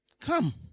Come